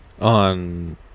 On